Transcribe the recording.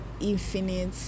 infinite